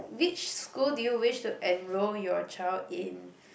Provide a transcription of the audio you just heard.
which school do you wish to enrol your child in